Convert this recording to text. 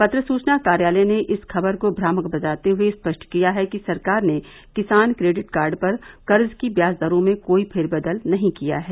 पत्र सूचना कार्यालय ने इस खबर को भ्रामक बताते हुये स्पष्ट किया है कि सरकार ने किसान क्रेडिट कार्ड पर कर्ज की ब्याज दरों में कोई फेर बदल नहीं किया है